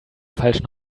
falschen